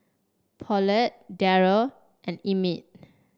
Paulette Darrel and Emmitt